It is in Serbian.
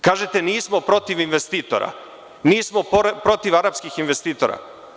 Kažete - nismo protiv investitora, nismo protiv arapskih investitora.